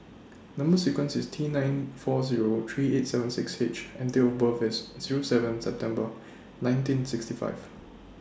Number sequence IS T nine four Zero three eight seven six H and Date of birth IS Zero seven September nineteen sixty five